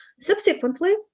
Subsequently